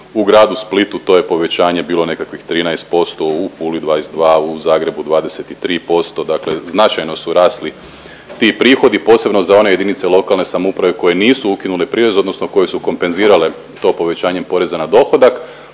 u gradu Splitu to je povećanje bilo nekakvih 13%, u Puli 22, u Zagrebu 23%. Dakle, značajno su rasli ti prihodi posebno za one jedinice lokalne samouprave koje nisu ukinule prirez, odnosno koje su kompenzirale to povećanjem poreza na dohodak